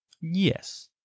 yes